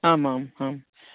आम् आम् आम्